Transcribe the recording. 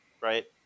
Right